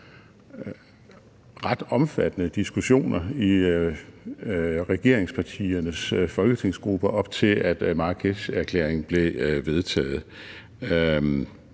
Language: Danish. ret omfattende diskussioner i regeringspartiernes folketingsgrupper op til, at Marrakesherklæringen blev vedtaget.